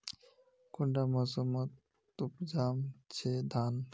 कुंडा मोसमोत उपजाम छै धान?